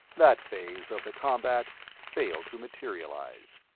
that phase of the combat failed to materialize.